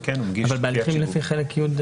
בהליכים לפי חלק י',